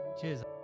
Cheers